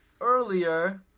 earlier